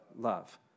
love